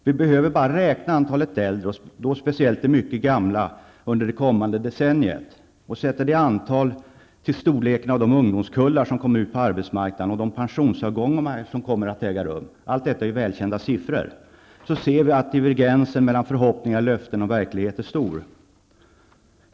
Vi behöver bara räkna antalet äldre, och då speciellt de mycket gamla, under det kommande decenniet och sätta detta antal i relation till storleken av de ungdomskullar som kommer ut på arbetsmarknaden samt de pensionsavgångar som kommer att äga rum -- allt detta är väl kända siffror -- så ser vi att divergensen mellan förhoppningar, löften och verklighet är stor.